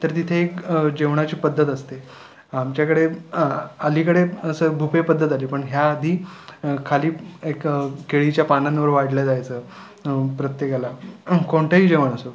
तर तिथे एक जेवणाची पद्धत असते आमच्याकडे अलीकडे असं बुफे पद्धत आली पण ह्या आधी खाली एक केळीच्या पानांवर वाढलं जायचं प्रत्येकाला कोणतेही जेवण असो